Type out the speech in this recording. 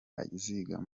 aziga